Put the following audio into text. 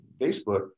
Facebook